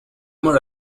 more